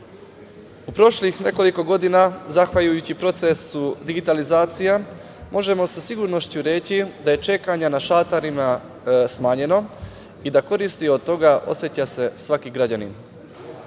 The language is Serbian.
prošlih nekoliko godina zahvaljujući procesu digitalizacije možemo sa sigurnošću reći da je čekanje na šalterima smanjeno i da korist od toga oseća svaki građanin.